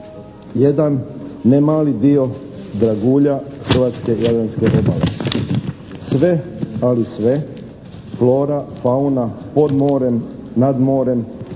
jedan ne mali dio dragulja hrvatske jadranske obale. Sve, ali sve flora, fauna, pod morem, nad morem,